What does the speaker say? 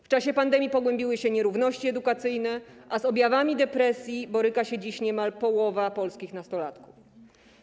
W czasie pandemii pogłębiły się nierówności edukacyjne, a z objawami depresji boryka się dziś niemal połowa polskich nastolatków.